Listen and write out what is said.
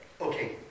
Okay